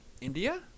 India